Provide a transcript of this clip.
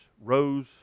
rose